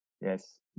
Yes